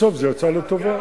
בסוף זה יצא לטובה.